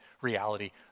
reality